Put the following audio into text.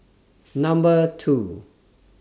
Number two